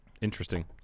Interesting